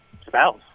spouse